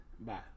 Bye